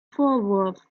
vorwurf